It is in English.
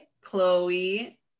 chloe